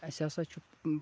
اَسہِ ہَسا چھُ